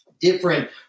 different